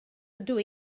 ydw